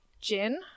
gin